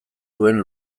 duen